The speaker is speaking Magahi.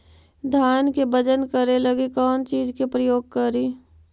धान के बजन करे लगी कौन चिज के प्रयोग करि?